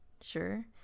Sure